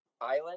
island